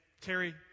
Terry